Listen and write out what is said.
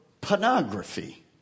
pornography